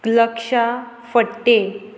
लक्षा Phadte